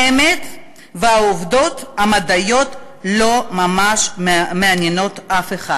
האמת והעובדות המדעיות לא ממש מעניינות אף אחד.